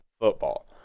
football